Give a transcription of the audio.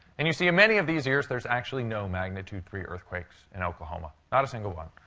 and you see, in many of these years, there's actually no magnitude three earthquakes in oklahoma not a single one.